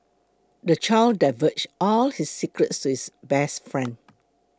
the child divulged all his secrets to his best friend